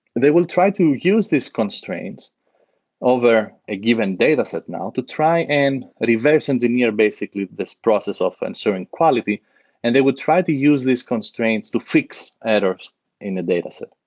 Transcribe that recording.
they will try to use these constraints over a given dataset now to try and reverse engineer basically this process of ensuring quality and they would try to use these constraints to fix errors in a dataset.